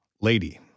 Lady